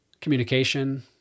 communication